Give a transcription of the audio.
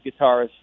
guitarist